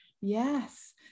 yes